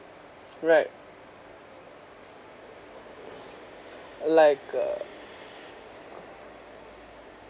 right like uh